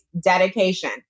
dedication